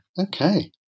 okay